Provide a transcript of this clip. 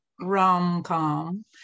rom-com